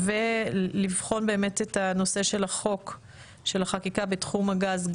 ולבחון באמת את הנושא של החקיקה בתחום הגז,